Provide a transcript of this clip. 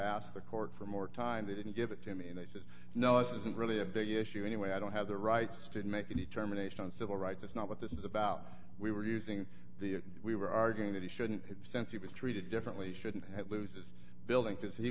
asked the court for more time they didn't give it to me and i said no this isn't really a big issue anyway i don't have the rights to make a determination on civil rights that's not what this is about we were using the we were arguing that he shouldn't have since he was treated differently shouldn't have loses building because he